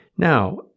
Now